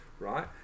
Right